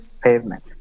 pavement